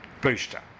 booster